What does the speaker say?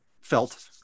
felt